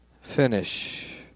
finish